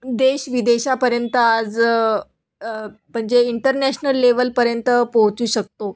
देश विदेशापर्यंत आज म्हणजे इंटरनॅशनल लेवलपर्यंत पोहोचू शकतो